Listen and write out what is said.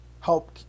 help